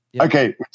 Okay